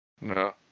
No